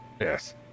Yes